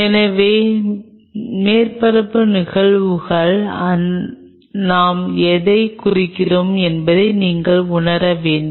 எனவே மேற்பரப்பு நிகழ்வுகளால் நான் எதைக் குறிக்கிறேன் என்பதை நீங்கள் உணர வேண்டும்